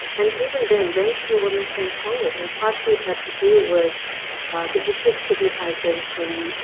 and even then, very few women came forward. and partly it had to do with the issue of stigmatization.